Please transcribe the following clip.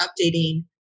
updating